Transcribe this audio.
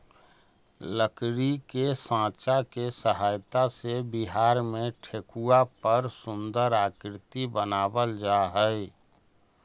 लकड़ी के साँचा के सहायता से बिहार में ठेकुआ पर सुन्दर आकृति बनावल जा हइ